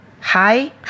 Hi